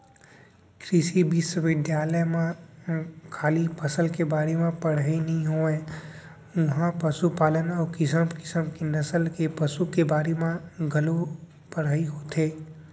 कृषि बिस्वबिद्यालय म खाली फसल के बारे म ही पड़हई नइ होवय उहॉं पसुपालन अउ किसम किसम के नसल के पसु के बारे म घलौ पढ़ाई होथे